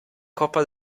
coppa